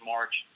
March